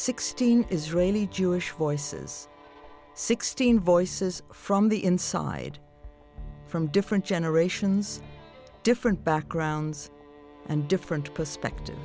sixteen israeli jewish voices sixteen voices from the inside from different generations different backgrounds and different perspectives